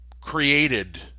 Created